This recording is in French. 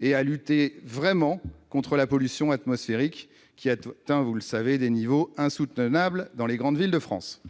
et à lutter vraiment contre la pollution atmosphérique, qui atteint, vous le savez, des niveaux insoutenables dans les grandes villes de France.